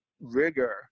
rigor